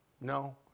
No